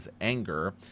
anger